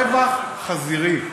רווח חזירי.